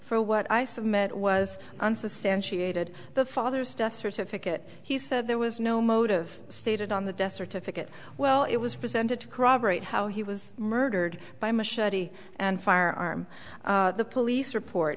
for what i submit was unsubstantiated the father's death certificate he said there was no motive stated on the death certificate well it was presented to corroborate how he was murdered by machete and firearm the police report